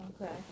Okay